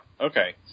okay